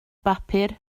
bapur